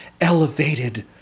elevated